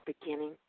beginning